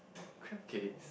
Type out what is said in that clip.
crab cakes